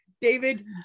David